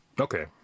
Okay